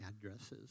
addresses